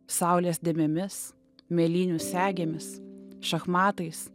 saulės dėmėmis mėlynių segėmis šachmatais